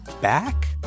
back